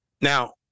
Now